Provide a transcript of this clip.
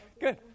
Good